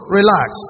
relax